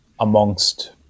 amongst